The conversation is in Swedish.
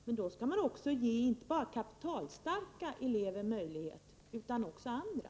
Men då skall man också ge inte bara kapitalstarka elever möjlighet, utan också andra.